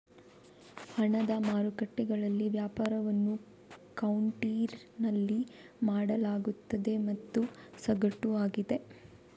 ಹಣದ ಮಾರುಕಟ್ಟೆಗಳಲ್ಲಿ ವ್ಯಾಪಾರವನ್ನು ಕೌಂಟರಿನಲ್ಲಿ ಮಾಡಲಾಗುತ್ತದೆ ಮತ್ತು ಸಗಟು ಆಗಿದೆ